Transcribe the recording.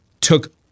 took